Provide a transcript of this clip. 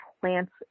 plants